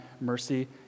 mercy